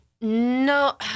no